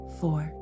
four